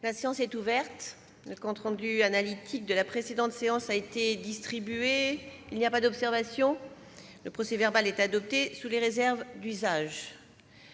La séance est ouverte. Le compte rendu analytique de la précédente séance a été distribué. Il n'y a pas d'observation ?... Le procès-verbal est adopté sous les réserves d'usage.